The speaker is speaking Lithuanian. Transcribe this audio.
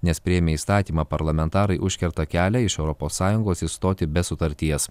nes priėmę įstatymą parlamentarai užkerta kelią iš europos sąjungos išstoti be sutarties